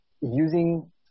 using